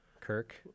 Kirk